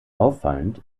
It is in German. auffallend